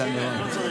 תרד.